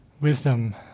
Wisdom